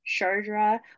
Shardra